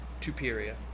Tuperia